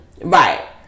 Right